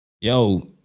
yo